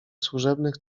służebnych